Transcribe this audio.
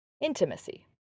Intimacy